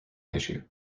issue